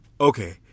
okay